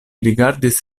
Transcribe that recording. rigardis